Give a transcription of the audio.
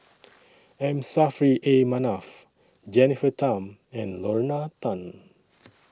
M Saffri A Manaf Jennifer Tham and Lorna